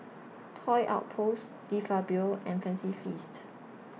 Toy Outpost De Fabio and Fancy Feast